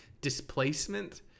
displacement